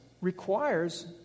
requires